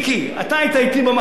אתה היית אתי במחנה שלי,